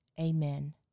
amen